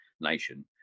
nation